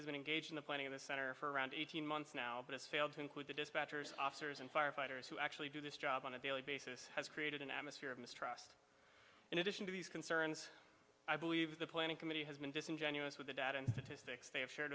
has been engaged in the planning of the center for around eighteen months now but it's failed to include the dispatchers officers and firefighters who actually do this job on a daily basis has created an atmosphere of mistrust in addition to these concerns i believe the planning committee has been disingenuous with the da